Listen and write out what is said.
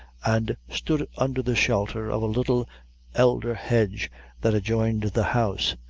and stood under the shelter of a little elder hedge that adjoined the house.